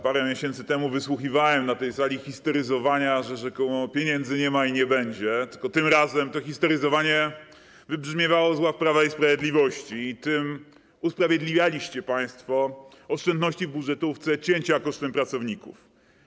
Parę miesięcy temu wysłuchiwałem na tej sali histeryzowania, że rzekomo pieniędzy nie ma i nie będzie, tylko tym razem to histeryzowanie wybrzmiewało z ław Prawa i Sprawiedliwości i tym usprawiedliwialiście państwo oszczędności w budżetówce, cięcia kosztem pracowników.